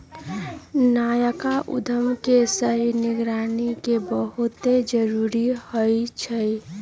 नयका उद्यम के सही निगरानी के बहुते जरूरी होइ छइ